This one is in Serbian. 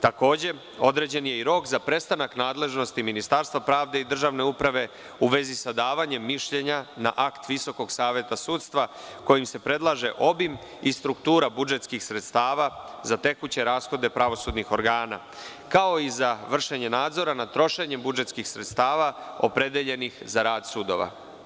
Takođe, određen je i rok za prestanak nadležnosti Ministarstva pravde i Državne uprave u vezi sa davanjem mišljenja na akt VSS kojim se predlaže obim i struktura budžetskih sredstava za tekuće rashode pravosudnih organa, kao i za vršenje nadzora nad trošenjem budžetskih sredstava opredeljenih za rad sudova.